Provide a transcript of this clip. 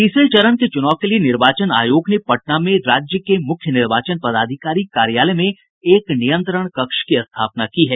तीसरे चरण के चुनाव के लिए निर्वाचन आयोग ने पटना में राज्य के मुख्य निर्वाचन पदाधिकारी कार्यालय में एक नियंत्रण कक्ष की स्थापना की है